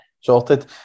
Sorted